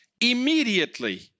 immediately